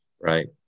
right